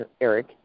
Eric